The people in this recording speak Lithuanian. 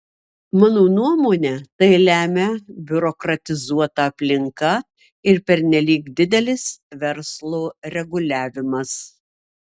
mano nuomone tai lemia biurokratizuota aplinka ir pernelyg didelis verslo reguliavimas